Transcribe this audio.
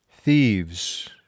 Thieves